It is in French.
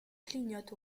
clignote